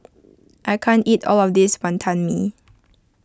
I can't eat all of this Wantan Mee